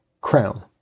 Crown